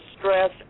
stress